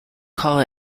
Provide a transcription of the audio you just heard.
call